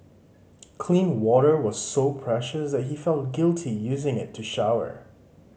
clean water was so precious that he felt guilty using it to shower